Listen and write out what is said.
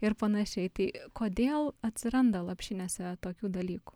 ir panašiai tai kodėl atsiranda lopšinėse tokių dalykų